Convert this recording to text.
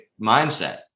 mindset